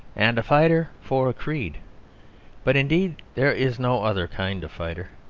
and a fighter for a creed but indeed there is no other kind of fighter.